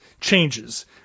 changes